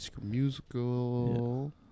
musical